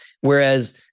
Whereas